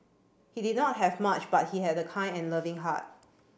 he did not have much but he had a kind and loving heart